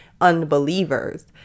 unbelievers